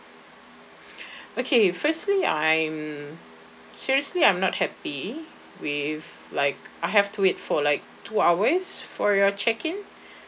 okay firstly I'm seriously I'm not happy with like I have to wait for like two hours for your check in